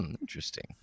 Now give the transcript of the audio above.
Interesting